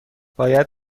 باید